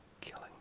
killing